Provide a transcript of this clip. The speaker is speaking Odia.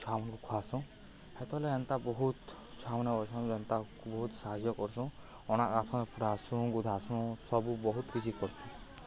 ଛୁଆମାନଙ୍କୁ ଖୁଆସୁଁ ହେତେଲେ ଏନ୍ତା ବହୁତ ଛୁଆମାନେେ ହସନ୍ ଏନ୍ତା ବହୁତ ସାହାଯ୍ୟ କର୍ସୁଁ ଅ ଆଖେ ପୁୁରାସୁଁ ଗୁଧାସୁଁ ସବୁ ବହୁତ କିଛି କର୍ସୁଁ